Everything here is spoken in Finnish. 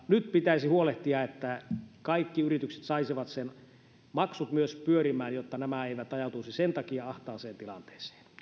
nyt pitäisi huolehtia myös että kaikki yritykset saisivat maksut pyörimään jotta nämä eivät ajautuisi sen takia ahtaaseen tilanteeseen